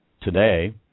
today